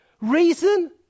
Reason